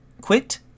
Quit